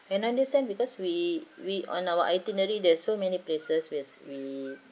and understand because we we on our itinerary there's so many places which we